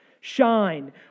Shine